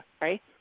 Right